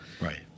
Right